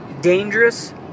dangerous